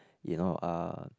you know uh